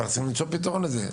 אבל רצינו למצוא פתרון לזה.